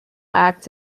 acts